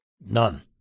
none